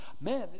Man